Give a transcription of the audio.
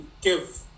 give